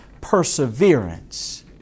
perseverance